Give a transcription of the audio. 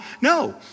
no